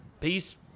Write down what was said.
peace